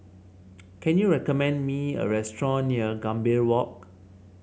can you recommend me a restaurant near Gambir Walk